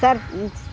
sir முடிஞ்சிச்சு